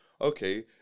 okay